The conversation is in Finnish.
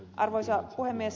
arvoisa puhemies